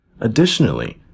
Additionally